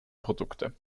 produkte